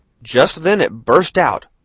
just then it burst out,